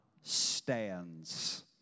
stands